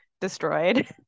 destroyed